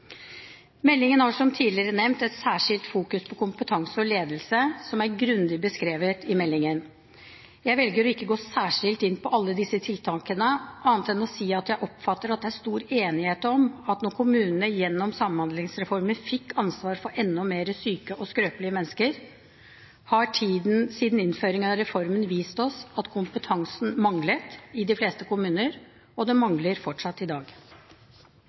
Meldingen har som tidligere nevnt et særskilt fokus på kompetanse og ledelse som er grundig beskrevet i meldingen. Jeg velger å ikke gå særskilt inn på alle disse tiltakene, annet enn å si at jeg oppfatter at det er stor enighet om at tiden siden innføringen av reformen, da kommunene gjennom Samhandlingsreformen fikk ansvar for enda mer syke og skrøpelige mennesker, har vist oss at kompetansen manglet i de fleste kommuner, og den mangler fortsatt i dag.